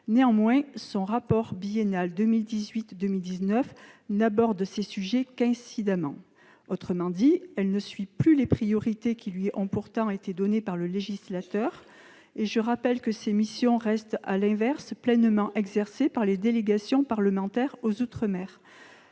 particulier. Son rapport biennal 2018-2019 n'aborde toutefois ces sujets qu'incidemment ; autrement dit, elle ne suit plus les priorités qui lui ont pourtant été données par le législateur. Je rappelle que ces missions restent à l'inverse pleinement exercées par les délégations parlementaires aux outre-mer.